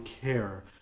care